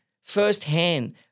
firsthand